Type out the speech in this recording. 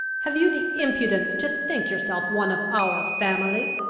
have you the impudence to think yourself one of our family?